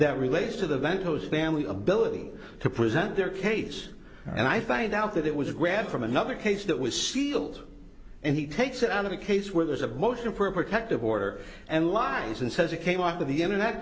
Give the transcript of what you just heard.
that relates to the vent hose family ability to present their case and i find out that it was a grant from another case that was sealed and he takes it on a case where there's a motion for a protective order and lines and says it came up to the internet